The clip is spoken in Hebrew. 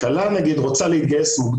זה לא דמו שהמצאנו,